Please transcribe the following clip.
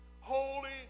Holy